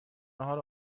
ناهار